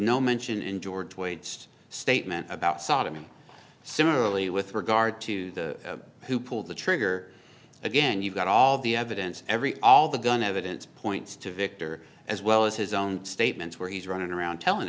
no mention in george waged statement about sodomy similarly with regard to the who pulled the trigger again you've got all the evidence every all the gun evidence points to victor as well as his own statements where he's running around telling